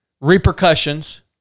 repercussions